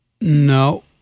No